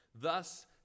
Thus